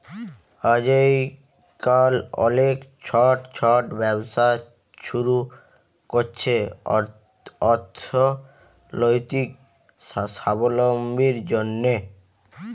আইজকাল অলেক ছট ছট ব্যবসা ছুরু ক্যরছে অথ্থলৈতিক সাবলম্বীর জ্যনহে